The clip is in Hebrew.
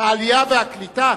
העלייה והקליטה